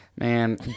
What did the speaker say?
Man